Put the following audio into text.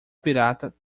pirata